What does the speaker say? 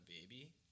baby